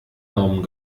daumen